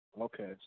Okay